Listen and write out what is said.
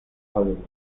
hollywood